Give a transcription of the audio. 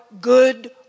good